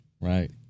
right